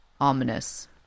Ominous